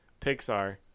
Pixar